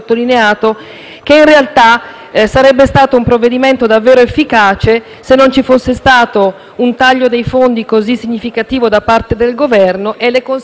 sarebbe stato un provvedimento davvero efficace se non ci fosse stato un taglio dei fondi così significativo da parte del Governo e le conseguenti modifiche del relatore